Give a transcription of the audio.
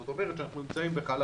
זאת אומרת שכשאנחנו נמצאים בחלל